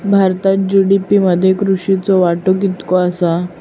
भारतात जी.डी.पी मध्ये कृषीचो वाटो कितको आसा?